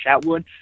Chatwood